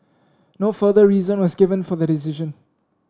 no further reason was given for the decision